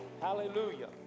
Hallelujah